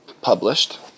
published